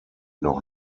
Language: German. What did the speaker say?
noch